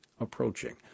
approaching